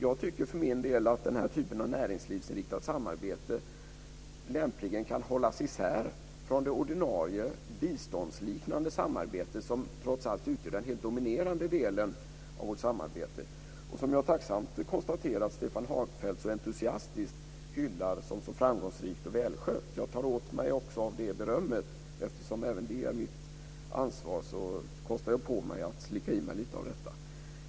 Jag tycker för min del att den här typen av näringslivsinriktat samarbete lämpligen kan hållas isär från det ordinarie biståndsliknande samarbete som trots allt utgör den helt dominerande delen av vårt samarbete - och som jag tacksamt konstaterar att Stefan Hagfeldt så entusiastiskt hyllar som framgångsrikt och välskött. Jag tar åt mig av det berömmet. Eftersom även detta är mitt ansvar kostar jag på mig att slicka i mig lite av det.